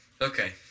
Okay